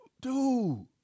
dude